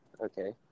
Okay